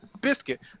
biscuit